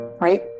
right